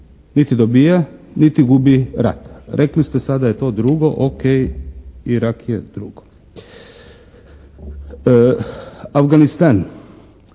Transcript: niti dovija niti gubi rat. Rekli ste sada je to drugo. O.k. Irak je drugo.